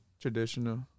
traditional